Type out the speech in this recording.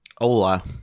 Ola